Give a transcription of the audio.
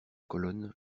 colonne